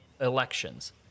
elections